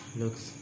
looks